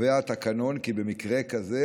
קובע התקנון כי במקרה כזה